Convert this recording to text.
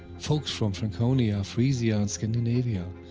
folks from franconia, frisia, and scandinavia,